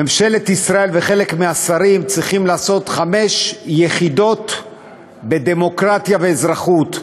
ממשלת ישראל וחלק מהשרים צריכים לעשות חמש יחידות בדמוקרטיה ואזרחות,